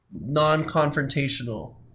non-confrontational